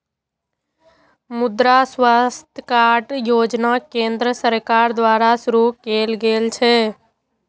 मुद्रा स्वास्थ्य कार्ड योजना केंद्र सरकार द्वारा शुरू कैल गेल छै